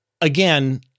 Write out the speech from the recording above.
again